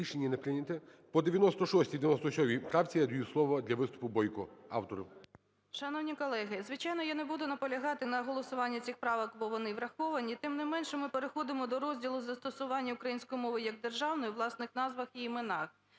Рішення не прийнято. По 96-й, 97-й правці я надаю слово для виступу Бойко, автору. 16:08:58 БОЙКО О.П. Шановні колеги, звичайно, я не буду наполягати на голосуванні цих правок, бо вони враховані. Тим не менше ми переходимо до розділу "Застосування української мови як державної у власних назвах і іменах".